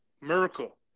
miracle